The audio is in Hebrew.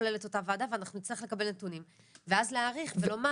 כוללת אותה ועדה ואנחנו נצטרך לקבל נתונים ואז להעריך ולומר